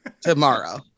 tomorrow